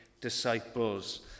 disciples